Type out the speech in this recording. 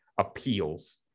Appeals